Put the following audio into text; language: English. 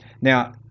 now